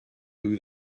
who